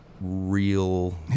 real